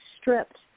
stripped